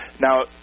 now